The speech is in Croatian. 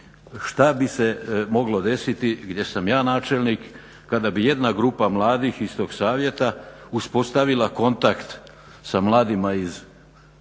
šta bi se moglo desiti gdje sam ja načelnik kada bi jedna grupa mladih iz tog savjeta uspostavila kontakt sa mladima iz Valpova,